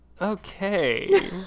Okay